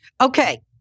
Okay